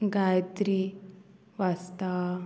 गायत्री वाचता